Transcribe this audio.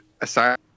aside